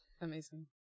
Amazing